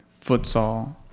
futsal